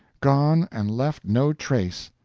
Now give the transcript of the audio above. gone, and left no trace.